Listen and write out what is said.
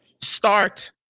start